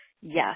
Yes